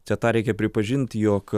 čia tą reikia pripažinti jog